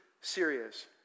serious